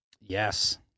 Yes